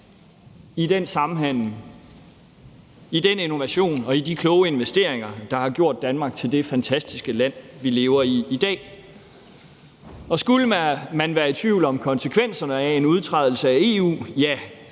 i den sammenhæng ild i den innovation og i de kloge investeringer, der har gjort Danmark til det fantastiske land, vi lever i i dag. Skulle man være i tvivl om konsekvenserne af en udtrædelse af EU, kan